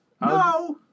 No